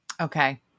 okay